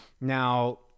now